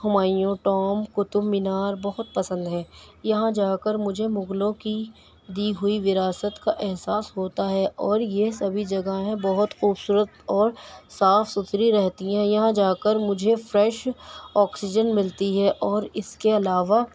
Humayun tomb Qutub Minar بہت پسند ہیں یہاں جا کر مجھے مغلوں کی دی ہوئی وراثت کا احساس ہوتا ہے اور یہ سبھی جگہیں بہت خوبصورت اور صاف ستھری رہتی ہیں یہاں جا کر مجھے فریش آکسیجن ملتی ہے اور اس کے علاوہ